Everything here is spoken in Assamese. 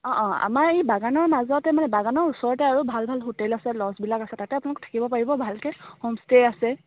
অঁ অঁ আমাৰ এই বাগানৰ মাজতে মানে বাগানৰ ওচৰতে আৰু ভাল ভাল হোটেল আছে লজবিলাক আছে তাতে আপোনালোক থাকিব পাৰিব ভালকৈ হমষ্টে' আছে